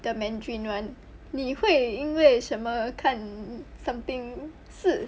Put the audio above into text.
the mandarin [one] 你会因为什么看 something 四